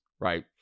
right